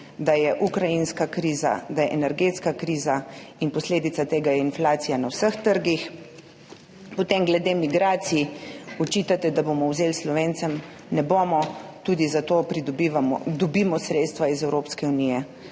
da je ukrajinska kriza, da je energetska kriza. Posledica tega je inflacija na vseh trgih. Glede migracij očitate, da bomo vzeli Slovencem. Ne bomo, tudi za to dobimo sredstva iz Evropske unije.